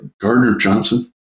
Gardner-Johnson